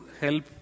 help